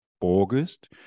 August